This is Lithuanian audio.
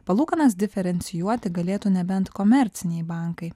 palūkanas diferencijuoti galėtų nebent komerciniai bankai